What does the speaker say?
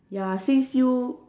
ya since you